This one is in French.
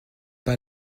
pas